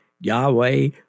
Yahweh